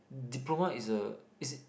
diploma is a is